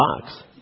box